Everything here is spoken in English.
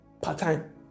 part-time